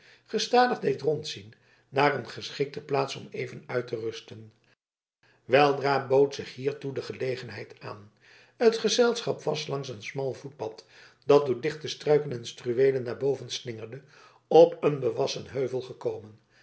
gestadig deed rondzien naar een geschikte plaats om even uit te rusten weldra bood zich hiertoe de gelegenheid aan het gezelschap was langs een smal voetpad dat door dichte struiken en struweelen naar boven slingerde op een bewassen heuvel gekomen